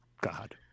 God